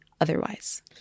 otherwise